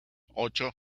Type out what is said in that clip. ocho